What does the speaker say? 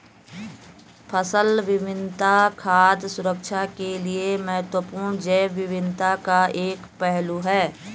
फसल विविधता खाद्य सुरक्षा के लिए महत्वपूर्ण जैव विविधता का एक पहलू है